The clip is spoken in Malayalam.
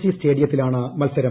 സി ്സ്റ്റേഡിയത്തിലാണ് മത്സരം